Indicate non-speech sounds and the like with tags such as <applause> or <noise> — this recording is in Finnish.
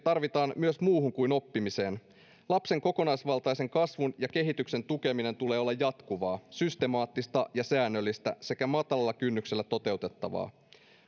<unintelligible> tarvitaan myös muuhun kuin oppimiseen lapsen kokonaisvaltaisen kasvun ja kehityksen tukeminen tulee olla jatkuvaa systemaattista ja säännöllistä sekä matalalla kynnyksellä toteutettavaa